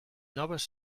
noves